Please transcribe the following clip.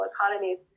economies